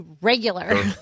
regular